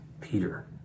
Peter